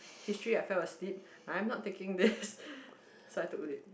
history I felt asleep I am not taking this so I took a leave